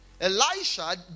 Elisha